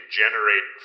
generate